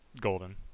Golden